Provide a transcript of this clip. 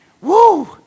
Woo